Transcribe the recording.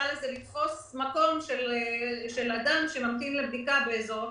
לתפוס מקום של אדם, שממתין לבדיקה באזור הפריפריה?